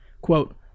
Quote